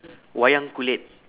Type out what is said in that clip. wayang kulit